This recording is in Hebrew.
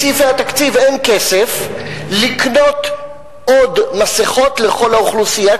בסעיפי התקציב אין כסף לקנות עוד מסכות לכל האוכלוסייה,